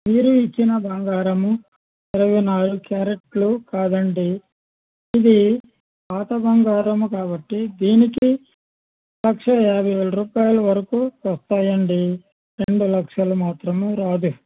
మీరు ఇచ్చిన బంగారము ఇరవై నాలుగు క్యారెట్లు కాదండి ఇది పాత బంగారం కాబట్టి దీనికి లక్ష యాభై వేలు రూపాయలు వరకు వస్తాయండి రెండు లక్షలు మాత్రం రాదు